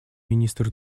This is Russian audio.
министр